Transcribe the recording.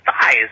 thighs